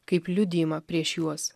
kaip liudijimą prieš juos